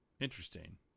Interesting